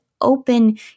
open